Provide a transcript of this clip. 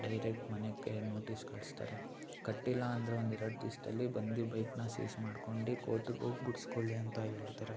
direct ಮನೆಗೆ notice ಕಳಿಸ್ತಾರೆ ಕಟ್ಟಿಲ್ಲ ಅಂದ್ರೆ ಒಂದು ಎರಡು ದಿವ್ಸದಲ್ಲಿ ಬಂದು ಬೈಕ್ನ ಸೀಸ್ ಮಾಡ್ಕೊಂಡು ಕೋರ್ಟಿಗೆ ಹೋಗ್ ಬಿಡ್ಸಿಕೊಳ್ಳಿ ಅಂತ ಹೇಳ್ತಾರೆ